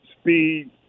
Speed